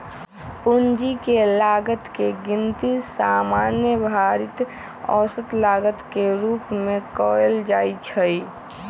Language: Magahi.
पूंजी के लागत के गिनती सामान्य भारित औसत लागत के रूप में कयल जाइ छइ